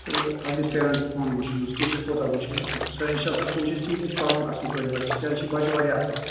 تہٕ اتھ گژھِ پیٚرینٹہٕ تہِ پانہٕ وُچھُن حظ ٹیٖچر کوٗتاہ وُچھِ وۅنۍ سٲنۍ چھِ آسان کوٗشِش کہِ یہِ گژھِ پرُن اصٕل پٲٹھی بَچہِ کیٛازِ یہِ چھُ بچہِ واریاہ اصٕل